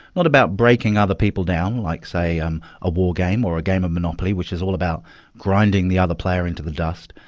not about breaking other people down like, say, um a war game or a game of monopoly which is all about grinding the other player into the dust,